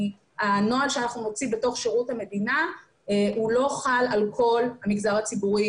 הנוהל שאנחנו נוציא בתוך שירות המדינה הוא לא חל על כל המגזר הציבורי,